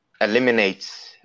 eliminates